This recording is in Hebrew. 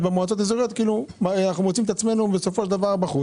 במועצות אזוריות: אנחנו מוצאים עצמנו בחוץ.